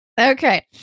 Okay